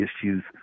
issues